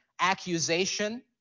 accusation